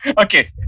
Okay